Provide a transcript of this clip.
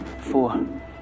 four